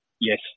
Yes